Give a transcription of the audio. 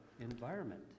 environment